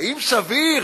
האם סביר